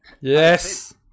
Yes